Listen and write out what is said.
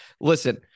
listen